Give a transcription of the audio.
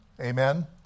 Amen